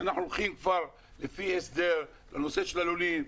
אנחנו הולכים כבר לפי הסדר בנושא של הלולים.